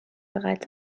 bereits